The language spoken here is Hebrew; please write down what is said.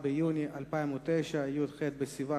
אבקסיס.